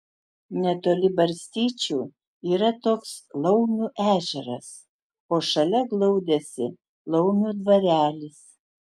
netoli barstyčių yra toks laumių ežeras o šalia glaudėsi laumių dvarelis